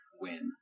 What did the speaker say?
win